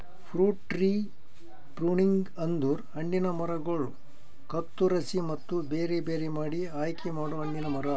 fruit tree pruning ಅಂದುರ್ ಹಣ್ಣಿನ ಮರಗೊಳ್ ಕತ್ತುರಸಿ ಮತ್ತ ಬೇರೆ ಬೇರೆ ಮಾಡಿ ಆಯಿಕೆ ಮಾಡೊ ಹಣ್ಣಿನ ಮರ